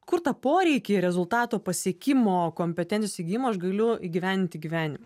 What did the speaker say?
kur tą poreikį rezultato pasiekimo kompetencijos įgijimo aš galiu įgyvendinti gyvenimą